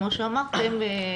כפי שאמרתם,